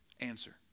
answer